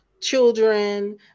children